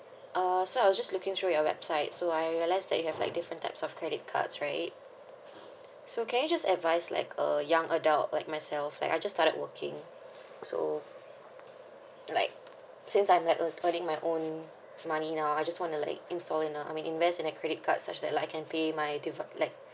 uh so I was just looking through your website so I realise that you have like different types of credit cards right so can you just advise like a young adult like myself like I just started working so like since I'm like earning my own money now I just want to like install in a I mean invest in a credit card such that like I can pay my devi~ like